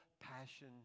passion